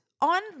on